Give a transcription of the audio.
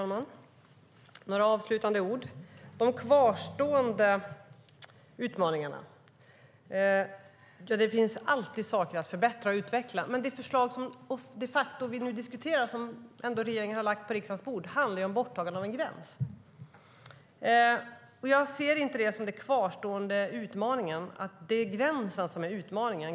Herr talman! Några ord om de kvarstående utmaningarna. Det finns alltid saker att förbättra och utveckla, men det förslag som vi de facto diskuterar, det som regeringen har lagt på riksdagens bord, handlar om borttagandet av en gräns. Jag ser inte gränsen som den kvarstående utmaningen.